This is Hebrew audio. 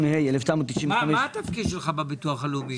מה התפקיד שלך בביטוח הלאומי?